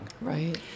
Right